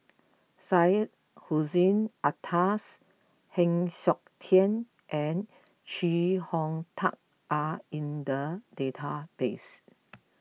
Syed Hussein Alatas Heng Siok Tian and Chee Hong Tat are in the database